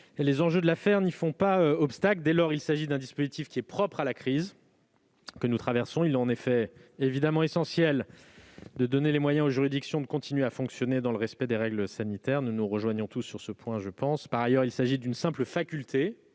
les enjeux de l'affaire n'y font pas obstacle. Dès lors, il s'agit d'un dispositif propre à la crise que nous traversons. Il est évidemment essentiel de donner aux juridictions les moyens de continuer à fonctionner dans le respect des règles sanitaires- nous nous rejoignons tous sur ce point. Par ailleurs, il s'agit d'une simple faculté